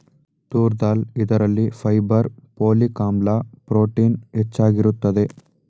ತೂರ್ ದಾಲ್ ಇದರಲ್ಲಿ fibre, folic ಆಮ್ಲ, protein ಹೆಚ್ಚಾಗಿರುತ್ತದೆ